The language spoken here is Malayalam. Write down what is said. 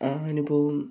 ആ അനുഭവം